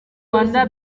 rwanda